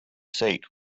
seat